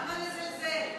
למה לזלזל?